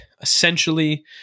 Essentially